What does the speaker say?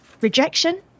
rejection